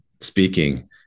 speaking